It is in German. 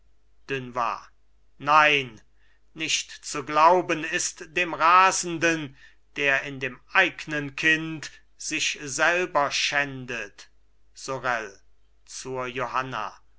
dunois nein nicht zu glauben ist dem rasenden der in dem eignen kind sich selber schändet sorel zur johanna